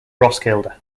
roskilde